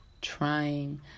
trying